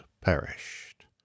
perished